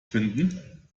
finden